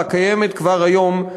הקיימת כבר כיום,